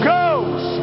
goes